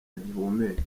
agihumeka